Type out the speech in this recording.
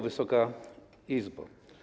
Wysoka Izbo!